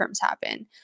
happen